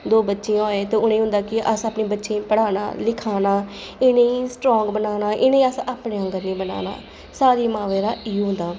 दो बच्चियां होए ते उ'नें गी होंदा कि अस अपने बच्चियें गी पढ़ाना लिखाना इ'नें गी स्ट्रांग बनाना इ'नें अस अपने आंह्गर निं बनाना सारी मावें दा इ'यै होंदा